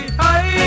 hey